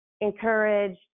encourage